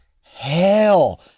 hell